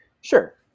Sure